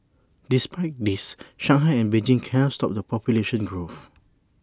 despite this Shanghai and Beijing cannot stop the population growth